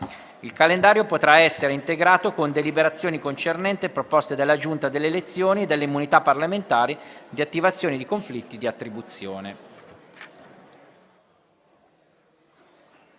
Il calendario potrà essere integrato con deliberazioni concernenti proposte della Giunta delle elezioni e delle immunità parlamentari di attivazione di conflitti di attribuzione.